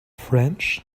french